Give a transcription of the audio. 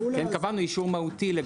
לכן קבענו אישור מהותי.